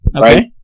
right